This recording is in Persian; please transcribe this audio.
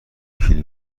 وکیل